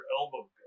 elbow